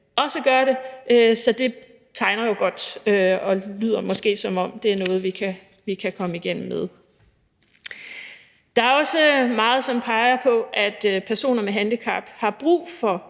også gør det, så det tegner jo godt, og det lyder måske, som om det er noget, vi kan komme igennem med. Der er også meget, som peger på, at personer med handicap har brug for